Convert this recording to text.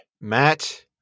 Matt